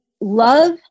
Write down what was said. love